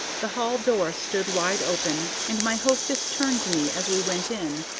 the hall door stood wide open, and my hostess turned to me as we went in,